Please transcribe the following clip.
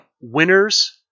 winners